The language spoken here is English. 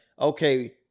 okay